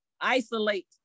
Isolate